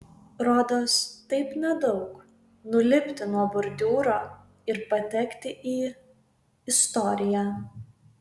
rodos taip nedaug nulipti nuo bordiūro ir patekti į istoriją